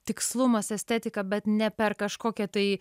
tikslumas estetika bet ne per kažkokią tai